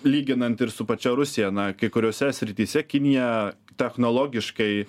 lyginant ir su pačia rusija na kai kuriose srityse kinija technologiškai